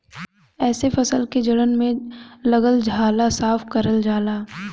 एसे फसल के जड़न में लगल झाला साफ करल जाला